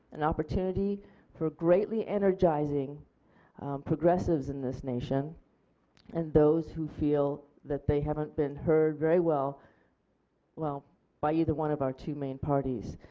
an opportunity for greatly energizing progressives in this nation and those who feel that they haven't been heard very well well by either one of our two main parties.